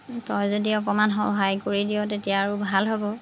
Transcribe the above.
তই যদি আৰু অকণমান সহায় কৰি দিয় ভাল হ'ব